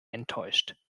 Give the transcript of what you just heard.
enttäuscht